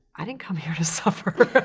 i didn't come here to suffer.